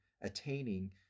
attaining